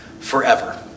forever